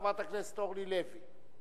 חברת הכנסת אורלי לוי,